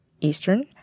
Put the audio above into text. Eastern